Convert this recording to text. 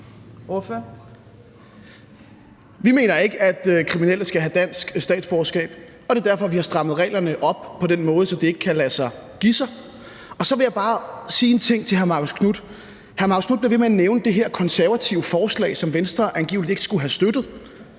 Vi mener ikke, at kriminelle skal have dansk statsborgerskab, og det er derfor, vi har strammet reglerne op på en måde, så det ikke kan lade sig give sig. Og så vil jeg bare sige en ting til hr. Marcus Knuth: Hr. Marcus Knuth bliver ved med at nævne det her konservative forslag, som Venstre angiveligt ikke skulle have støttet,